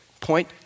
Point